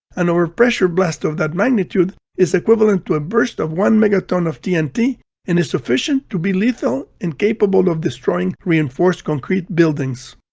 an overpressure blast of that magnitude is equivalent to a burst of one megaton of tnt and is sufficient to be lethal and capable of destroying reinforced concrete buildings.